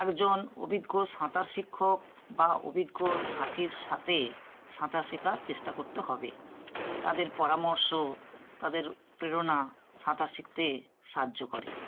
একজন অভিজ্ঞ সাঁতার শিক্ষক বা অভিজ্ঞ সাথীর সাথে সাঁতার শেখা চেষ্টা করতে হবে তাদের পরামর্শ তাদের প্রেরণা সাঁতার শিখতে সাহায্য করে